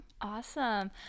Awesome